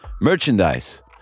merchandise